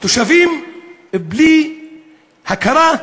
תושבים יחיו בלי הכרה,